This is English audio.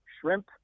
shrimp